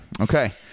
Okay